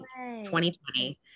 2020